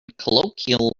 colloquial